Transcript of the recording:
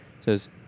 says